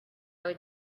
would